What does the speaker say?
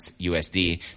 USD